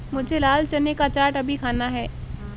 मुझे लाल चने का चाट अभी खाना है